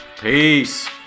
Peace